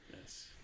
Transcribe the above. Yes